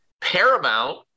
Paramount